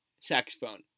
saxophone